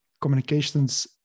communications